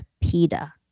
pita